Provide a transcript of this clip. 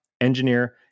engineer